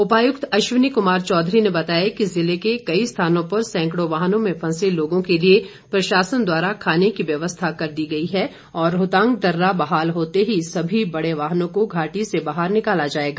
उपायुक्त अश्वनी कुमार चौधरी ने बताया कि जिले के कई स्थानों पर सैंकड़ों वाहनों में फंसे लोगों के लिए प्रशासन द्वारा खाने की व्यवस्था कर दी गई है और रोहतांग दर्रा बहाल होते ही सभी बड़े वाहनों को घाटी से बाहर निकाला जाएगा